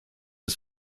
des